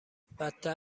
بدتر